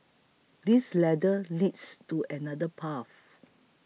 this ladder leads to another path